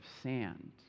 sand